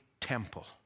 temple